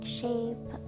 shape